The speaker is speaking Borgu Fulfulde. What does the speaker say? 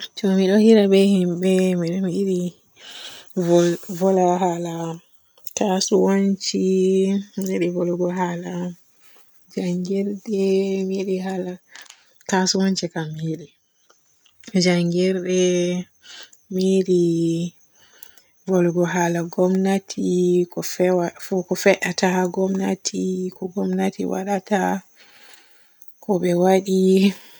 To mi ɗo hira be himɓe mi ɗon yiɗi vo-vola haala kasuwanci, mi yiɗi volugo haala njanngirde, mi yiɗi haala kasuwanci kam mi yiɗi, njanngirde. Mi yiɗi volugo haala gomnati, ko fewa-ko fe'ata haa gomnati ko gomnati waadata ko be waaɗi,